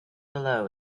below